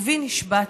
ובי נשבעתי: